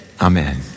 Amen